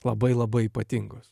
labai labai ypatingos